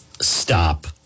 stop